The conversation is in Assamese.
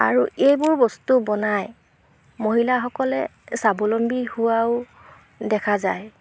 আৰু এইবোৰ বস্তু বনাই মহিলাসকলে স্বাৱলম্বী হোৱাও দেখা যায়